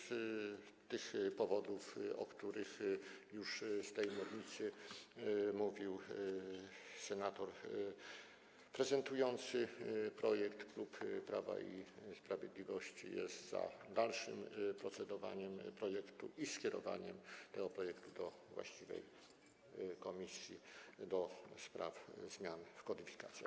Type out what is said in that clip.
Z tych powodów, o których już z tej mównicy mówił senator prezentujący projekt, klub Prawo i Sprawiedliwość jest za dalszym procedowaniem nad projektem i skierowaniem tego projektu do właściwej komisji do spraw zmian w kodyfikacjach.